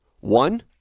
One